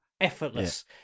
effortless